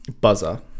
buzzer